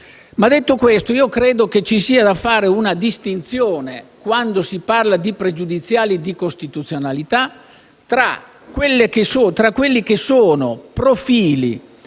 Detto questo, bisogna fare una distinzione, quando si parla di pregiudiziali di costituzionalità, tra quelli che sono profili